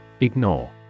Ignore